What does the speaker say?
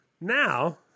now